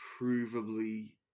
provably